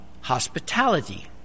hospitality